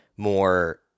more